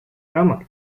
рамок